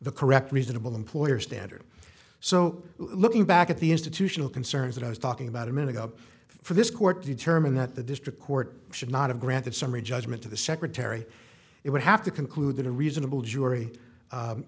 the correct reasonable employer standard so looking back at the institutional concerns that i was talking about a minute ago for this court determined that the district court should not have granted summary judgment to the secretary it would have to conclude that a reasonable